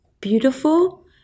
beautiful